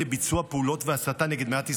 לביצוע פעולות והסתה נגד מדינת ישראל,